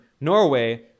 Norway